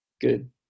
Good